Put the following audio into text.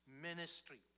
ministry